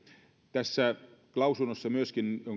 tässä mietinnössä jonka